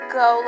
go